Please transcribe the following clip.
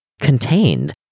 contained